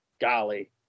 golly